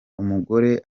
umugore